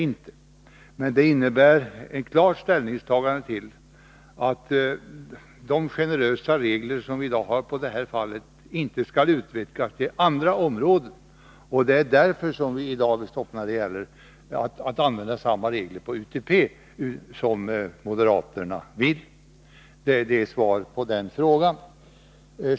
Vårt klara ställningstagande är emellertid att de generösa regler som i dag gäller inte skall utvecklas på andra områden. Det är därför som vi i dag säger nej till att använda samma regler på UTB, vilket moderaterna vill. Det är mitt svar på den frågan.